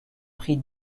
prix